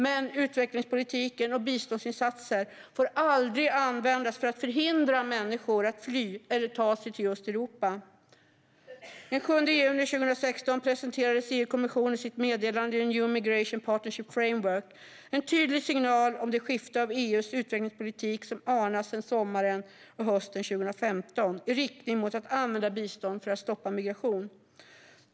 Men utvecklingspolitiken och biståndsinsatserna får aldrig användas för att förhindra människor att fly eller att ta sig till Europa. Den 7 juni 2016 presenterade EU-kommissionen sitt meddelande New Migration Partnership Framework. Det är en tydlig signal om det skifte av EU:s utvecklingspolitik som anades sommaren och hösten 2015, i riktning mot att använda bistånd för att stoppa migration.